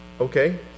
okay